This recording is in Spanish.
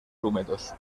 húmedos